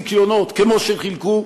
חילקו זיכיונות כמו שחילקו,